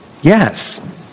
Yes